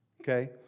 okay